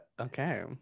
okay